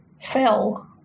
fell